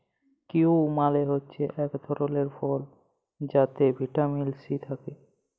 kiwi মালে হছে ইক ধরলের ফল যাতে ভিটামিল সি থ্যাকে